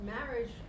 marriage